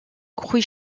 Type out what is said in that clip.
crouy